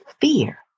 fear